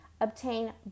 obtain